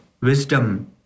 wisdom